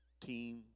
Team